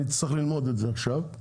ואני אצטרך ללמוד את זה עכשיו,